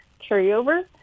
carryover